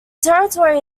territory